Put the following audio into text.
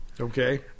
Okay